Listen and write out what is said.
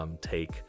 take